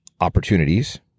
opportunities